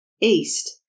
east